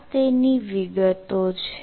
આ તેની વિગતો છે